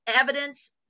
evidence